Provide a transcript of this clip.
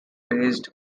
based